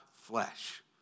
flesh